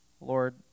Lord